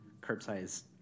curbside